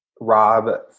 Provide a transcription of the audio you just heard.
Rob